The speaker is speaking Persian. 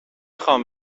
خوام